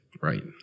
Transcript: Right